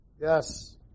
Yes